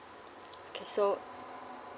okay so